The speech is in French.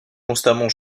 constamment